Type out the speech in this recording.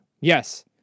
Yes